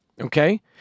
okay